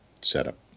setup